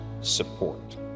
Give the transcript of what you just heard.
support